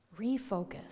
Refocus